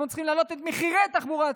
אני צריכים להעלות את מחירי התחבורה הציבורית,